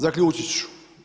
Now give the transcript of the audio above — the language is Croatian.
Zaključiti ću.